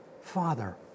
father